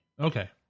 Okay